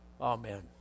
Amen